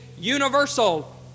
Universal